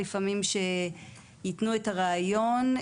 לפעמים שייתנו את הרעיון.